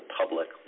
public